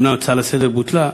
אומנם ההצעה לסדר-היום בוטלה,